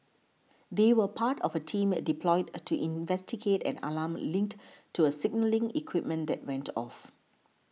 they were part of a team deployed to investigate an alarm linked to a signalling equipment that went off